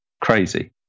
crazy